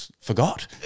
forgot